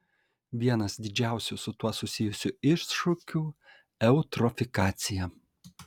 vienas didžiausių su tuo susijusių iššūkių eutrofikacija